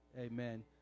Amen